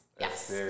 Yes